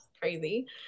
crazy